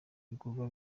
ibikorwa